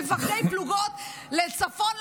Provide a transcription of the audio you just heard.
מפקדי פלוגות לצפון,